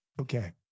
Okay